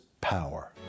power